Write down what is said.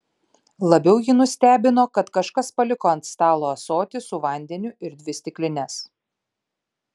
labiau jį nustebino kad kažkas paliko ant stalo ąsotį su vandeniu ir dvi stiklines